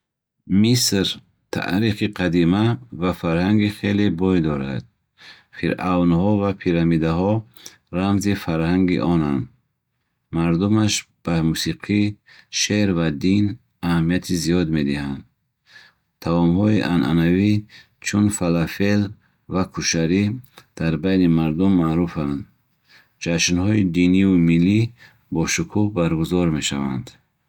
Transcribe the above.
Миср таърихи қадима ва фарҳанги хеле бой дорад. Фиръавнҳо ва пирамидаҳо рамзи фарҳанги онанд. Мардумаш ба мусиқӣ, шеър ва дин аҳамияти зиёд медиҳанд. Таомҳои анъанавӣ, чун фалафел ва кушари, дар байни мардум маъруфанд. Ҷашнҳои диниву миллӣ бо шукӯҳ баргузор мешаванд.